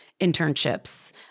internships